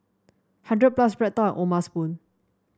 hundred plus BreadTalk and O'ma Spoon